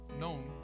known